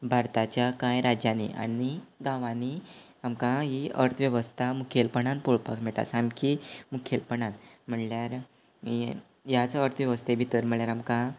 भारताच्या कांय राज्यांनी आनी गांवानी आमकां ही अर्थवेवस्था मुखेलपणान पळोवपाक मेळटा सामकी मुखेलपणान म्हळ्ळ्यार ईय ह्याच अर्थवेवस्थे भितर म्हळ्ळ्यार आमकां